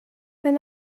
when